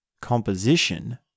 composition